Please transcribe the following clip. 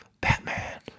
Batman